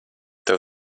tev